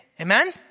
Amen